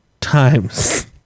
times